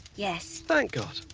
yes. thank god.